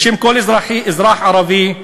בשם כל אזרח ערבי,